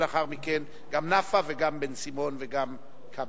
ולאחר מכן גם נפאע וגם בן-סימון וגם כבל.